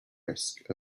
risk